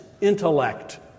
intellect